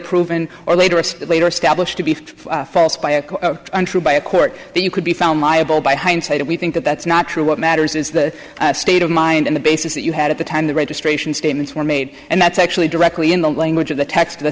proven or later it's later established to be untrue by a court that you could be found liable by hindsight if we think that that's not true what matters is the state of mind on the basis that you had at the time the registration statements were made and that's actually directly in the language of the text of the